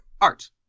art